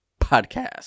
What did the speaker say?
podcast